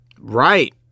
Right